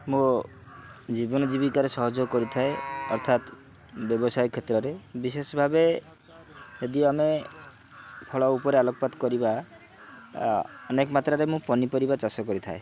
ମୋ ଜୀବନ ଜୀବିକାରେ ସହଯୋଗ କରିଥାଏ ଅର୍ଥାତ୍ ବ୍ୟବସାୟ କ୍ଷେତ୍ରରେ ବିଶେଷ ଭାବେ ଯଦି ଆମେ ଫଳ ଉପରେ ଆଲୋକପାତ କରିବା ଅନେକ ମାତ୍ରାରେ ମୁଁ ପନିପରିବା ଚାଷ କରିଥାଏ